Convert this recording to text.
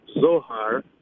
Zohar